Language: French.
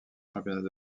championnats